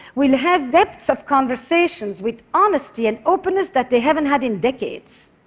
will have depths of conversations with honesty and openness that they haven't had in decades.